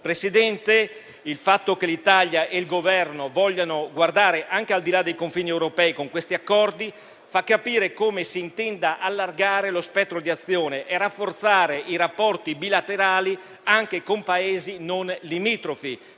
Presidente: il fatto che l'Italia e il Governo vogliano guardare anche al di là dei confini europei con questi accordi fa capire come si intenda allargare lo spettro di azione e rafforzare i rapporti bilaterali anche con Paesi non limitrofi,